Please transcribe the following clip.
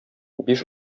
биш